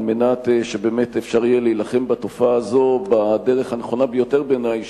על מנת שבאמת אפשר יהיה להילחם בתופעה הזו בדרך הנכונה ביותר בעיני,